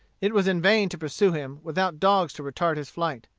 it was in vain to pursue him, without dogs to retard his flight.